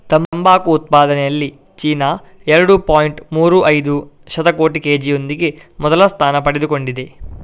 ತಂಬಾಕು ಉತ್ಪಾದನೆಯಲ್ಲಿ ಚೀನಾ ಎರಡು ಪಾಯಿಂಟ್ ಮೂರು ಐದು ಶತಕೋಟಿ ಕೆ.ಜಿಯೊಂದಿಗೆ ಮೊದಲ ಸ್ಥಾನ ಪಡೆದುಕೊಂಡಿದೆ